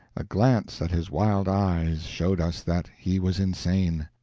a glance at his wild eyes showed us that he was insane.